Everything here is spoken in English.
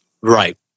Right